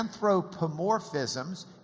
anthropomorphisms